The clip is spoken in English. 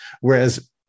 whereas